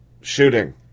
shooting